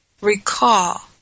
recall